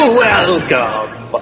welcome